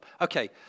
Okay